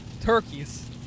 Turkeys